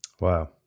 Wow